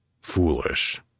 foolish